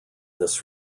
this